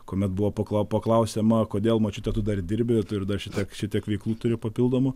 kuomet buvo paklausiama kodėl močiute tu dar dirbi turi dar šitą šitiek veiklų turi papildomų